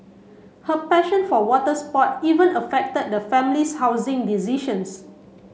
her passion for water sports even affected the family's housing decisions